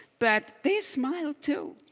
but they smiled too,